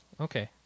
okay